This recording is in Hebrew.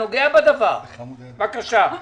אגיד לו גם בסדר,